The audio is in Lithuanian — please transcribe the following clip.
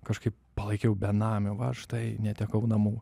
kažkaip palaikiau benamiu va štai netekau namų